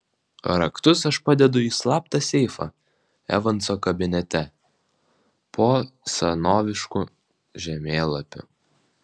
raktus aš padedu į slaptą seifą evanso kabinete po senovišku žemėlapiu